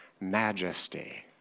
majesty